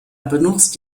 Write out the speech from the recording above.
benutzt